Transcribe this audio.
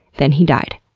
then he died.